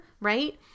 right